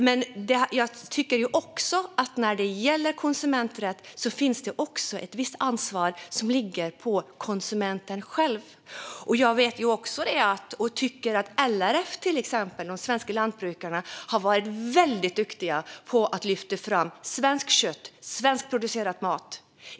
Men när det gäller konsumenträtt tycker jag att det också ligger ett visst ansvar hos konsumenten själv. Till exempel LRF, de svenska lantbrukarna, har varit väldigt duktiga på att lyfta fram svenskt kött, svenskproducerad mat.